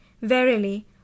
verily